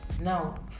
Now